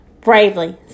bravely